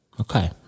Okay